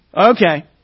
Okay